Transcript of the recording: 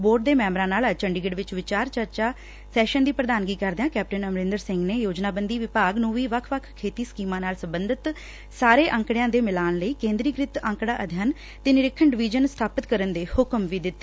board ਦੇ ਮੈਬਰਾਂ ਨਾਲ ਅੱਜ ਚੰਡੀਗੜ ਵਿਚ ਵਿਚਾਰ ਚਰਚਾ ਸ਼ੈਸਨ ਦੀ ਪ੍ਰਧਾਨਗੀ ਕਰਦਿਆਂ ਕੈਪਟਨ ਅਮਰਿੰਦਰ ਸਿੰਘ ਨੇ ਯੋਜਨਾਬੰਦੀ ਵਿਭਾਗ ਨੂੰ ਵੀ ਵੱਖ ਵੱਖ ਖੇਤੀ ਸਕੀਮਾਂ ਨਾਲ ਸਬੰਧਤ ਸਾਰੇ ਅੰਕਤਿਆਂ ਦੇ ਮਿਲਾਣ ਲਈ ਕੇਂਦਰੀਕੁਤ ਅੰਕਤਾ ਅਧਿਐਨ ਤੇ ਨਿਰੀਖਣ ਡਵੀਜ਼ਨ ਸਬਾਪਿਤ ਕਰਨ ਦੇ ਹੁਕਮ ਵੀ ਦਿੱਤੇ